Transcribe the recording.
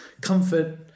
comfort